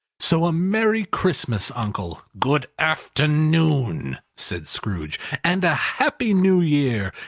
so a merry christmas, uncle! good afternoon! said scrooge. and a happy new year!